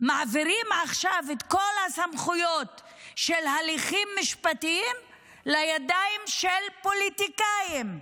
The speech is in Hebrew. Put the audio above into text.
שמעבירים עכשיו את כל הסמכויות של הליכים משפטיים לידיים של פוליטיקאים?